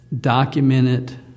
documented